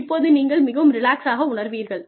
இப்போது நீங்கள் மிகவும் ரிலாக்ஸாக உணர்வீர்கள்